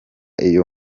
iyo